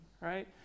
right